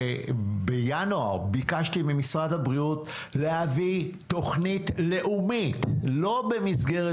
ובינואר ביקשתי ממשרד הבריאות להביא תוכנית לאומית- לא במסגרת